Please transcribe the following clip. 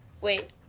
Wait